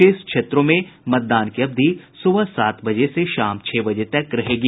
शेष क्षेत्रों में मतदान की अवधि सुबह सात बजे से शाम छह बजे तक रहेगी